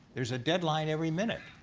there's a deadline every minute.